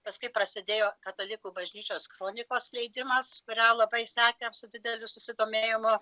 paskui prasidėjo katalikų bažnyčios kronikos leidimas kurią labai sekėm su dideliu susidomėjimu